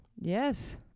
Yes